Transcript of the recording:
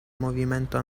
movimento